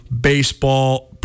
baseball